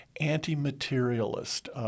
anti-materialist